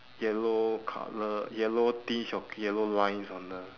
yellow colour yellow tinge of yellow lines on the